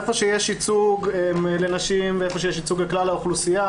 איפה שיש ייצוג לנשים ואיפה שיש ייצוג לכלל האוכלוסייה,